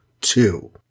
two